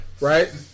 right